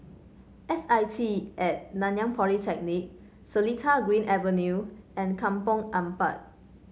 S I T At Nanyang Polytechnic Seletar Green Avenue and Kampong Ampat